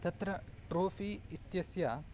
तत्र ट्रोफ़ि इत्यस्य